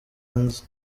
hanze